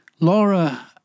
Laura